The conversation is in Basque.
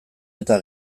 eta